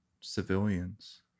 civilians